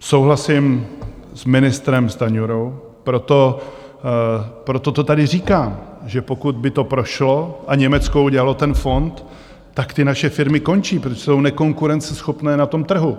Souhlasím s ministrem Stanjurou, proto to tady říkám, že pokud by to prošlo a Německo udělalo ten fond, tak ty naše firmy končí, protože jsou nekonkurenceschopné na tom trhu.